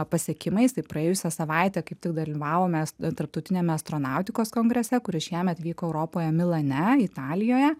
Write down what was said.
pasiekimais tai praėjusią savaitę kaip tik dalyvavom mes tarptautiniame astronautikos kongrese kuris šiemet vyko europoje milane italijoje